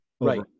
right